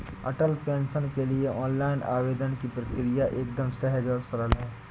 अटल pension के लिए online आवेदन की प्रक्रिया एकदम सहज और सरल है